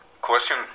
question